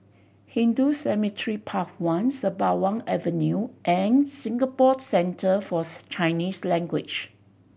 Hindu Cemetery Path One Sembawang Avenue and Singapore Centre Forth Chinese Language